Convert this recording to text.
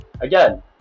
again